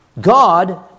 God